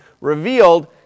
revealed